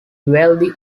wealthy